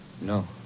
No